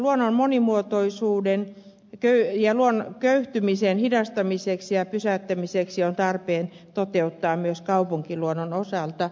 luonnon monimuotoisuuden köyhtymisen hidastamiseksi ja pysäyttämiseksi on tarpeen toteuttaa tavoitetta myös kaupunkiluonnon osalta